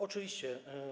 Oczywiście.